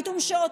מבקש לסיים.